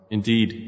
Indeed